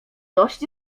dość